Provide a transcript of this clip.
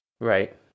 Right